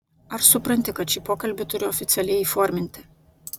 ar supranti kad šį pokalbį turiu oficialiai įforminti